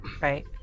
Right